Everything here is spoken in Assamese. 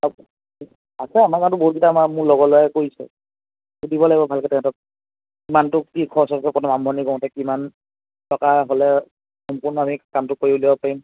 আছে আছে আমাৰ গাঁৱটো বহুতকেইটা আমাৰ মোৰ লগৰ ল'ৰাই কৰিছে সুধিব লাগিব ভালকৈ তেহেঁতক কিমানটো কি খৰচ হয় প্ৰথম আৰম্ভণি কৰোঁতে কিমান টকা হ'লে সম্পূৰ্ণ আমি কামটো কৰি উলিয়াব পাৰিম